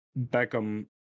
Beckham